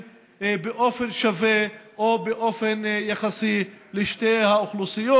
באופן שווה או באופן יחסי לשתי האוכלוסיות.